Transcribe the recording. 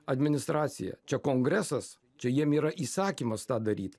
administracija čia kongresas čia jiem yra įsakymas tą daryt